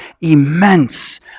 immense